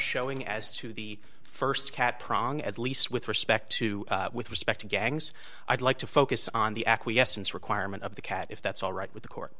showing as to the st cat prong at least with respect to with respect to gangs i'd like to focus on the acquiescence requirement of the cat if that's alright with the court